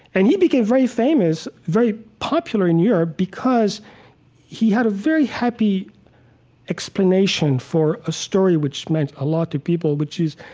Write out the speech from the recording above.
and he became very famous, very popular in europe because he had a very happy explanation for a story which meant a lot to people, which is,